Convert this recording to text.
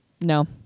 No